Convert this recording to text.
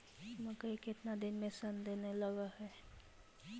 मकइ केतना दिन में शन देने लग है?